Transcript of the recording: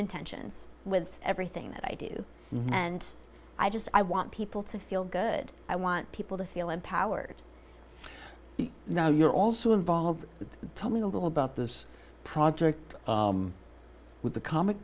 intentions with everything that i do and i just i want people to feel good i want people to feel empowered you know you're also involved with tell me a little about this project with the comic